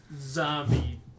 zombie